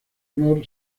honor